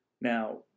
Now